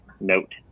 note